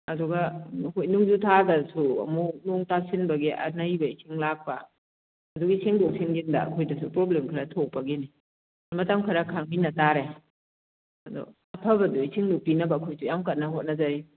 ꯑꯗꯨꯒ ꯍꯣꯏ ꯅꯣꯡꯖꯨ ꯊꯥꯗꯁꯨ ꯑꯃꯨꯛ ꯅꯣꯡ ꯇꯁꯤꯟꯕꯒꯤ ꯑꯅꯩꯕ ꯏꯁꯤꯡ ꯂꯥꯛꯄ ꯑꯗꯨꯒꯤ ꯁꯦꯡꯗꯣ ꯁꯦꯡꯖꯤꯟꯗ ꯑꯩꯈꯣꯏꯗꯁꯨ ꯄ꯭ꯔꯣꯕ꯭ꯂꯦꯝ ꯈꯔ ꯊꯣꯛꯄꯒꯤꯅꯤ ꯃꯇꯝ ꯈꯔ ꯈꯥꯡꯃꯤꯟꯅꯇꯥꯔꯦ ꯑꯗꯣ ꯑꯐꯕꯗꯣ ꯏꯁꯤꯡꯗꯣ ꯄꯤꯅꯕ ꯑꯩꯈꯣꯏꯁꯨ ꯌꯥꯝ ꯀꯟꯅ ꯍꯣꯠꯅꯖꯔꯤ